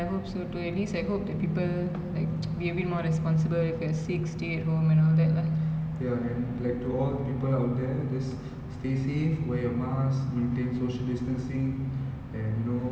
stay safe wear your mask maintain social distancing and you know take care of your health